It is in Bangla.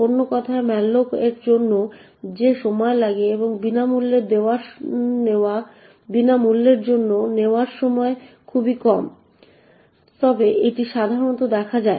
অন্য কথায় malloc এর জন্য যে সময় লাগে এবং বিনামূল্যের জন্য নেওয়া সময় খুবই কম তবে এটি সাধারণত দেখা যায়